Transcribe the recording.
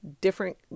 different